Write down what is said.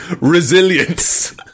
resilience